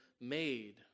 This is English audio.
made